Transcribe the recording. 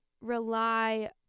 rely